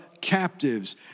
captives